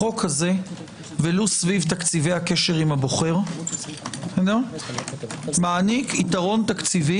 החוק הזה ולו סביב תקציבי הקשר עם הבוחר מעניק יתרון תקציבי